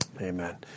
Amen